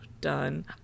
done